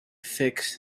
fix